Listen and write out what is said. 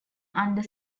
under